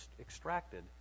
extracted